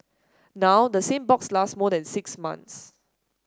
now the same box last more than six months